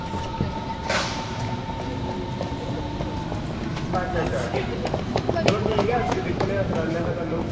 अच्छा अच्छा चलो ठीक ऐ दिक्खने आं सनाने आं थुआनू